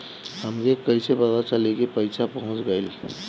हमके कईसे पता चली कि पैसा पहुच गेल?